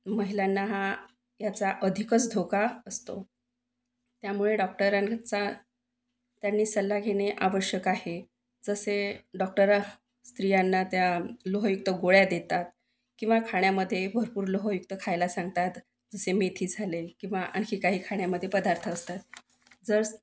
महिलांना हा याचा अधिकच धोका असतो त्यामुळे डॉक्टरांचा त्यांनी सल्ला घेणे आवश्यक आहे जसे डॉक्टर स्त्रियांना त्या लोहयुक्त गोळ्या देतात किंवा खाण्यामध्ये भरपूर लोहयुक्त खायला सांगतात जसे मेथी झाले किंवा आणखी काही खाण्यामध्ये पदार्थ असतात जर